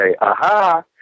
Aha